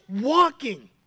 walking